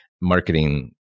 marketing